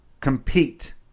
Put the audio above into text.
compete